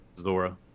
Zora